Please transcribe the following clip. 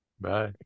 Bye